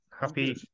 Happy